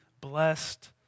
blessed